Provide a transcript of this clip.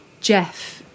Jeff